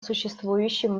существующим